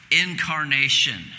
incarnation